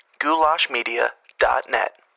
Goulashmedia.net